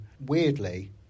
Weirdly